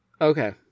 Okay